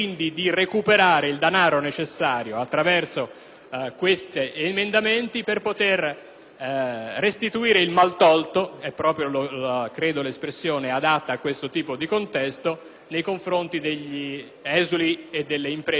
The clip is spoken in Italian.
questi emendamenti, per poter restituire il mal tolto - credo sia proprio l'espressione adatta a questo tipo di contesto - nei confronti degli esuli e delle imprese italiane scacciati da Gheddafi.